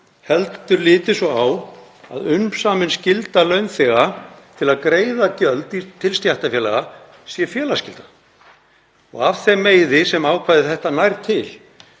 heldur ekki litið svo á að umsamin skylda launþega til að greiða gjöld til stéttarfélaga sé félagsskylda af þeim meiði sem ákvæði þetta nær til.